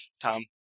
Tom